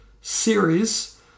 series